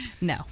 No